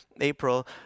April